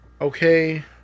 Okay